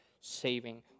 saving